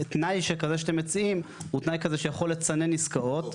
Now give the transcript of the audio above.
תנאי שכזה שאתם מציעים הוא תנאי כזה שיכול לצנן עסקאות.